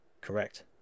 Correct